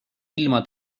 ilma